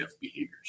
behaviors